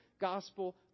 gospel